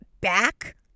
back